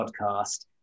podcast